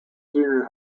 junior